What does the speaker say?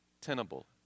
tenable